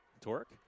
Torque